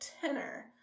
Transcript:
tenor